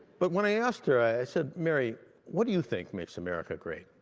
but when i asked her, i said, mary, what do you think makes america great?